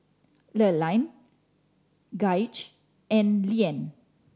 Lurline Gaige and Leeann